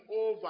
over